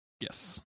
Yes